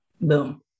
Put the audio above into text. Boom